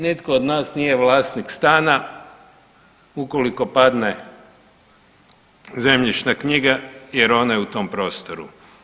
Nitko od nas nije vlasnik stana ukoliko padne zemljišna knjiga jer ona je u tom prostoru.